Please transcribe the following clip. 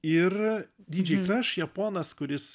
ir dydžei kraš japonas kuris